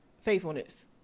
faithfulness